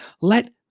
let